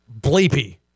bleepy